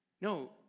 No